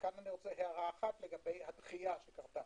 כאן הערה לגבי הדחייה שקרתה.